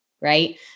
right